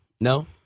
no